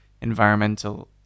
environmental